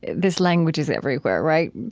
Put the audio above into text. this language is everywhere, right?